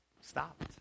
stopped